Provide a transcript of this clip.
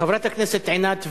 חברת הכנסת עינת וילף,